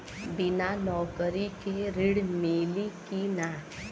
बिना नौकरी के ऋण मिली कि ना?